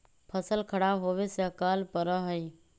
फसल खराब होवे से अकाल पडड़ा हई